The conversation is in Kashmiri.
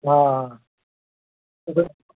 آ